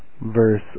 verse